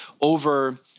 over